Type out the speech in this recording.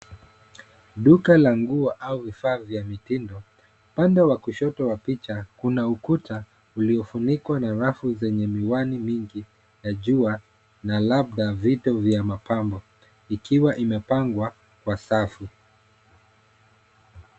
Duka la nguo au vifaa vya mitindo. Upande wa kushoto wa picha kuna ukuta uliofunikwa na rafu zenye miwani mingi ya jua na labda vitu vya mapambo, ikiwa imepangwa kwa safu.